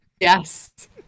Yes